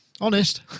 Honest